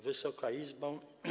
Wysoka Izbo!